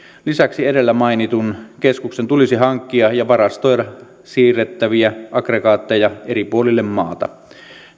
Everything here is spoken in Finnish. lisäksi edellä mainitun keskuksen tulisi hankkia ja varastoida siirrettäviä aggregaatteja eri puolille maata